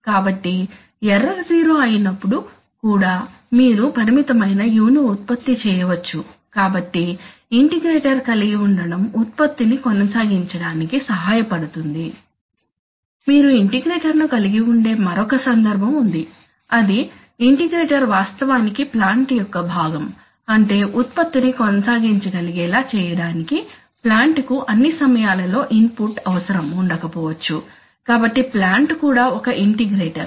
కాబట్టి error zero అయినప్పుడు కూడా మీరు పరిమితమైన u ను ఉత్పత్తి చేయవచ్చు కాబట్టి ఇంటిగ్రేటర్ కలిగి ఉండటం ఉత్పత్తిని కొనసాగించడానికి సహాయపడుతుంది మీరు ఇంటిగ్రేటర్ను కలిగి ఉండే మరొక సందర్భం ఉంది అది ఇంటిగ్రేటర్ వాస్తవానికి ప్లాంట్ యొక్క భాగం అంటే ఉత్పత్తిని కొనసాగించగలిగేలా చేయడానికి ప్లాంట్ కు అన్ని సమయాలలో ఇన్పుట్ అవసరం ఉండకపోవచ్చు కాబట్టి ప్లాంట్ కూడా ఒక ఇంటిగ్రేటర్